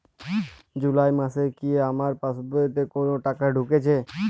জুলাই মাসে কি আমার পাসবইতে কোনো টাকা ঢুকেছে?